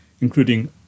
including